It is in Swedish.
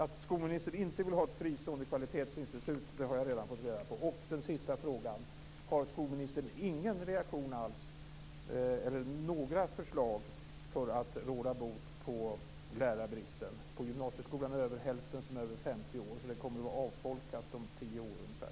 Att skolministern inte vill ha ett fristående kvalitetsinstitut har jag redan fått reda på. år, så där kommer det att vara avfolkat om ungefär tio år.